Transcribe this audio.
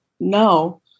No